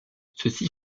ceci